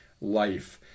life